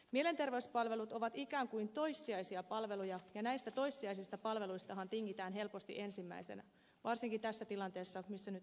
mielenterveyspalvelut ovat ikään kuin toissijaisia palveluja ja näistä toissijaisista palveluistahan tingitään helposti ensimmäisenä varsinkin tässä tilanteessa missä nyt eletään